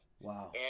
Wow